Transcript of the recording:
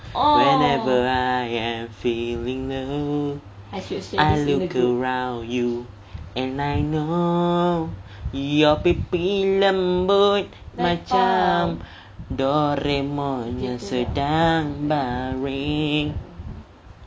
whenever I am feeling low I look around you and I know your pipi lembut doraemon yang sedang baring